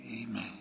amen